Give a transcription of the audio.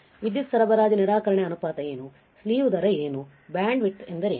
ವಿದ್ಯುತ್ ಸರಬರಾಜು ನಿರಾಕರಣೆ ಅನುಪಾತಏನು ಸ್ಲಿವ್ ದರ ಏನು ಬ್ಯಾಂಡ್ವಿಡ್ತ್ ಎಂದರೇನು